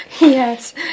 Yes